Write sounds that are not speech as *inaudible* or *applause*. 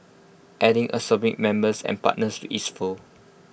adding *unintelligible* members and partners to its fold